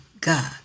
God